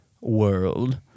world